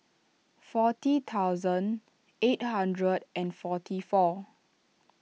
forty thousand eight hundred and forty four